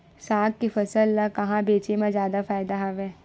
साग के फसल ल कहां बेचे म जादा फ़ायदा हवय?